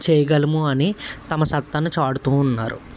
చేయగలము అని తమ సత్తాని చాటుతూ ఉన్నారు